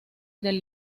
del